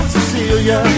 Cecilia